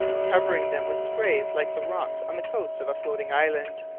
covering them with spray like the rocks on the coast of a floating island,